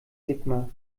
sigmar